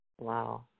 Wow